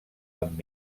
amb